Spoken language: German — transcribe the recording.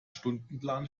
stundenplan